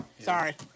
Sorry